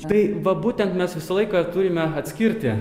tai va būtent mes visą laiką turime atskirti